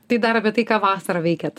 tai dar apie tai ką vasarą veikėt